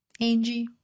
angie